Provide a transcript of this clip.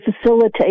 facilitate